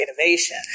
innovation